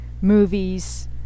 movies